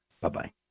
Bye-bye